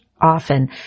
often